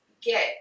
get